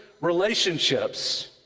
relationships